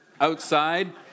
outside